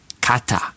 kata